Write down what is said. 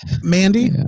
Mandy